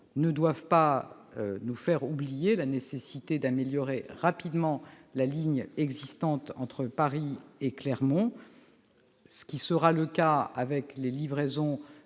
ne doivent pas nous faire oublier la nécessité d'améliorer rapidement la ligne existante entre Paris et Clermont-Ferrand, ce qui sera le cas avec la livraison